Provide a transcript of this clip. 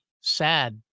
sad